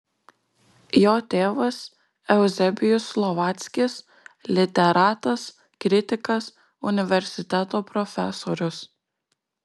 jo tėvas euzebijus slovackis literatas kritikas universiteto profesorius